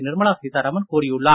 நிர்மலா சீத்தாராமன் கூறியுள்ளார்